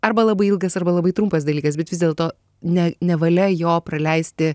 arba labai ilgas arba labai trumpas dalykas bet vis dėlto ne nevalia jo praleisti